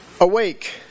Awake